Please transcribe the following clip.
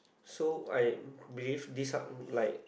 so I believe this are like